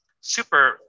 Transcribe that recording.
super